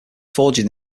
forging